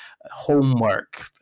homework